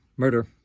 Murder